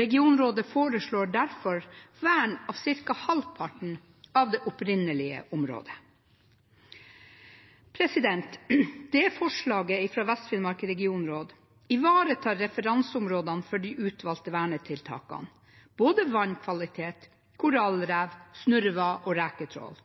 Regionrådet foreslår derfor vern av ca. halvparten av det opprinnelige området. Dette forslaget fra Vest-Finnmark regionråd ivaretar referanseområdene for de utvalgte vernetiltakene, både vannkvalitet, korallrev, snurrevad og